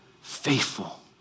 faithful